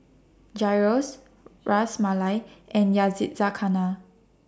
Gyros Ras Malai and Yakizakana